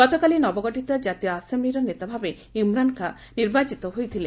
ଗତକାଲି ନବଗଠିତ ଜାତୀୟ ଆସେମ୍ବିର ନେତାଭାବେ ଇମ୍ରାନ୍ ଖାଁ ନିର୍ବାଚିତ ହୋଇଥିଲେ